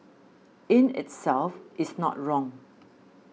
in itself is not wrong